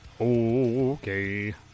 Okay